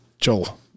joel